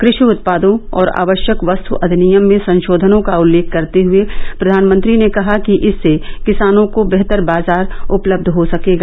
कृषि उत्पादों और आवश्यक वस्तु अधिनियम में संशोधनों का उत्लेख करते हुए प्रधानमंत्री ने कहा कि इससे किसानों को बेहतर बाजार उपलब्ध हो सकेगा